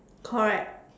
correct